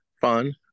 fun